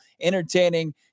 entertaining